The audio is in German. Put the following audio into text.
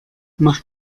mach